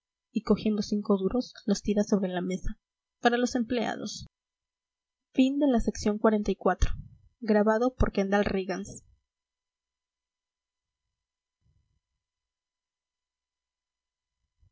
y cogiendo cinco duros los tira sobre la mesa para los empleados en